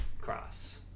cross